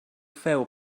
feu